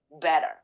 better